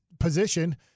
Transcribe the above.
Position